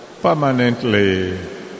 Permanently